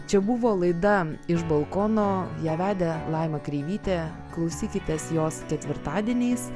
čia buvo laida iš balkono ją vedė laima kreivytė klausykitės jos ketvirtadieniais